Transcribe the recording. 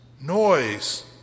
noise